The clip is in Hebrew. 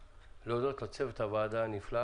עכשיו תרשו לי להודות, להודות לצוות הוועדה הנפלא.